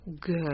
good